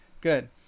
good